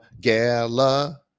Gala